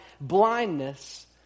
blindness